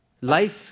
Life